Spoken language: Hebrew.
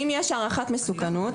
אם יש הערכת מסוכנות,